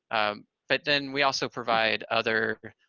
but then we also provide other,